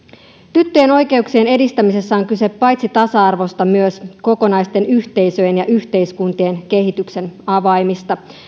tyttöjen oikeuksien edistämisessä on on kyse paitsi tasa arvosta myös kokonaisten yhteisöjen ja yhteiskuntien kehityksen avaimista